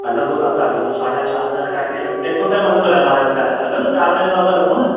हलंदो दादा हलंदो साढा चारि हज़ार काई दिक़त केतिरो टाइम हलंदो एम आर एफ जो टायर हलंदो चारि पंज साल त हलंदो न